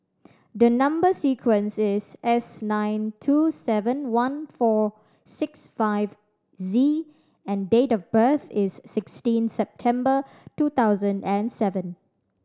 number sequence is S nine two seven one four six five Z and date of birth is sixteen September two thousand and seven